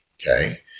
Okay